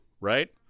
right